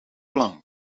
plank